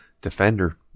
defender